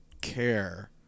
care